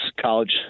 college